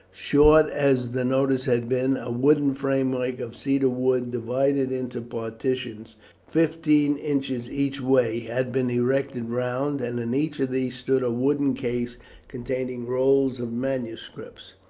short as the notice had been, a wooden framework of cedar wood, divided into partitions fifteen inches each way, had been erected round, and in each of these stood a wooden case containing rolls of manuscripts,